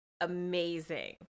amazing